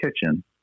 kitchen